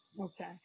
Okay